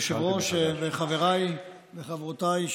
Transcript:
היושב-ראש וחבריי וחברותיי,